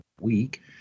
week